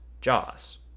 Jaws